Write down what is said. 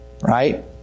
right